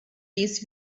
this